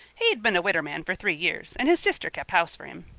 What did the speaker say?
he'd been a widder-man for three yers, and his sister kept house for him.